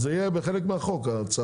זה יהיה בחלק מהחוק הצו.